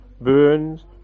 Burns